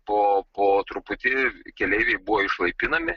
po po truputį keleiviai buvo išlaipinami